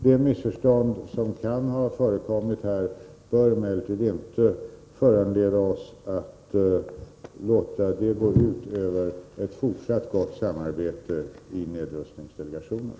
Det missförstånd som kan ha förekommit bör vi emellertid inte låta gå ut över ett fortsatt gott samarbete i nedrustningsdelegationen.